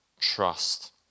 trust